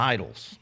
Idols